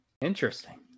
Interesting